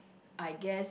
I guess